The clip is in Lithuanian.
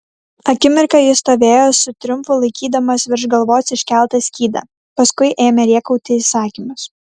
akimirką jis stovėjo su triumfu laikydamas virš galvos iškeltą skydą paskui ėmė rėkauti įsakymus